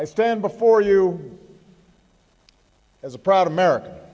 i stand before you as a proud american